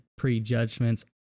prejudgments